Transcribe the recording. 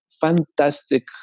fantastic